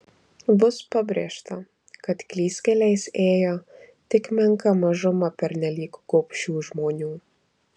bus pabrėžta kad klystkeliais ėjo tik menka mažuma pernelyg gobšių žmonių